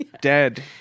dead